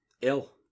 ill